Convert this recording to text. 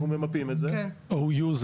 OU,